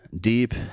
deep